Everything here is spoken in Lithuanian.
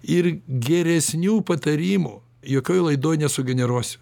ir geresnių patarimų jokioj laidoj nesugeneruosiu